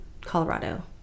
Colorado